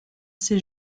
ces